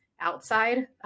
outside